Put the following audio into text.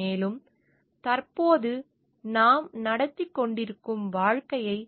மேலும் தற்போது நாம் நடத்திக் கொண்டிருக்கும் வாழ்க்கையை